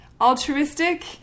altruistic